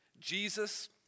Jesus